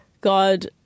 God